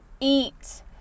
eat